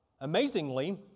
Amazingly